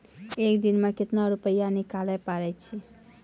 एक दिन मे केतना रुपैया निकाले पारै छी?